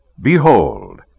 Behold